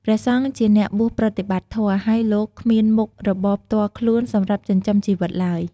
ព្រះសង្ឃជាអ្នកបួសប្រតិបត្តិធម៌ ហើយលោកគ្មានមុខរបរផ្ទាល់ខ្លួនសម្រាប់ចិញ្ចឹមជីវិតឡើយ។